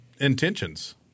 intentions